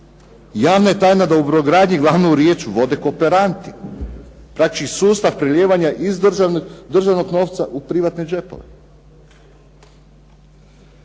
Javna je tajna da u brodogradnji glavnu riječ vode kooperanti. Znači sustav prelijevanja iz državnog novca u privatne džepove.